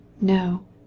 no